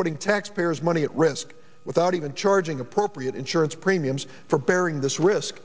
putting taxpayers money at risk without even charging appropriate insurance premiums for bearing this risk